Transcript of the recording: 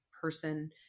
person